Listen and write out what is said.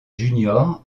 junior